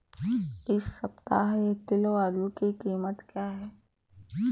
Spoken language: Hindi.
इस सप्ताह एक किलो आलू की कीमत क्या है?